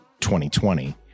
2020